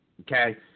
okay